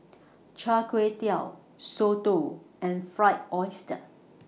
Chai Kuay Tow Soto and Fried Oyster